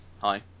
Hi